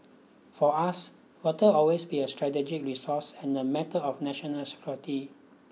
for us water always be a strategic resource and a matter of national security